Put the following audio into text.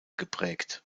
geprägt